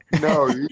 No